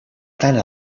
tant